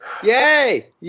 Yay